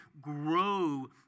grow